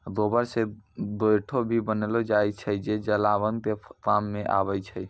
गोबर से गोयठो भी बनेलो जाय छै जे जलावन के काम मॅ आबै छै